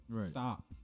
Stop